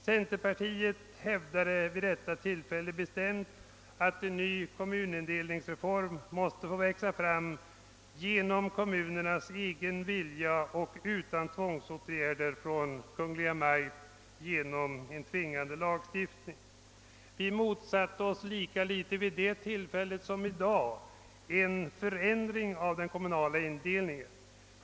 Centerpartiet hävdade vid det tillfället bestämt att en ny kommunindelning måste få växa fram genom kommunernas egen vilja och utan tvångsåtgärder, vidtagna av Kungl. Maj:t genom en tvingande lagstiftning. Vi motsatte oss lika litet vid det tillfället som i dag en förändring av den kommunala indelningen.